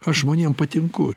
aš žmonėm patinku